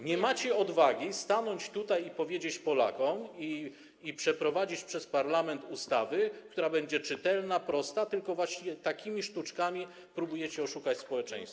Nie macie odwagi stanąć tutaj i powiedzieć tego Polakom, i przeprowadzić przez parlament ustawy, która będzie czytelna, prosta, tylko właśnie takimi sztuczkami próbujecie oszukać społeczeństwo.